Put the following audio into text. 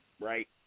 right